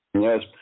yes